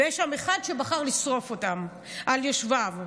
ויש עם אחד שבחר לשרוף אותם על יושביו.